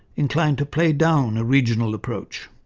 inclined to play down a regional approach.